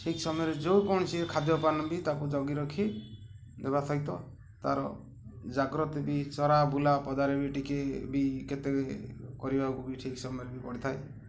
ଠିକ୍ ସମୟରେ ଯେଉଁ କୌଣସି ଖାଦ୍ୟପାନ ବି ତାକୁ ଜଗି ରଖି ଦେବା ସହିତ ତା'ର ଜାଗ୍ରତ ବି ଚରା ବୁଲା ପଦାରେ ବି ଟିକେ ବି କେତେ କରିବାକୁ ବି ଠିକ୍ ସମୟରେ ବି ପଡ଼ିଥାଏ